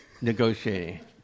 negotiating